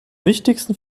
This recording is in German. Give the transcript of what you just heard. wichtigsten